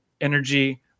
energy